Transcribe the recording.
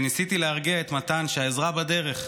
וניסיתי להרגיע את מתן שהעזרה בדרך.